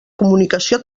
comunicació